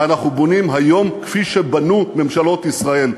ואנחנו בונים היום כפי שבנו ממשלות ישראל.